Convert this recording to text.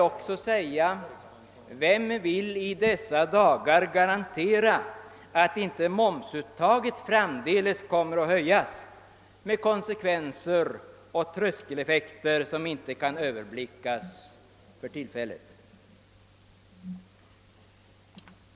Och vem kan i dessa dagar garantera att inte momsuttaget framdeles kommer att höjas med konsekvenser och tröskeleffekter som för tillfället inte kan överblickas.